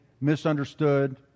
misunderstood